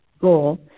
goal